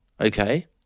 Okay